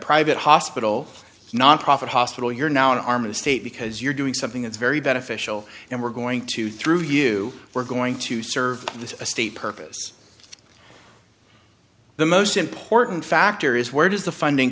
private hospital nonprofit hospital you're now an arm of the state because you're doing something that's very beneficial and we're going to through you we're going to serve the state purpose the most important factor is where does the funding